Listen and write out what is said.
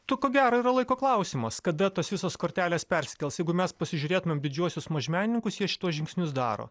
tu ko gero yra laiko klausimas kada tos visos kortelės persikels jeigu mes pasižiūrėtumėm didžiuosius mažmenininkus jie šituos žingsnius daro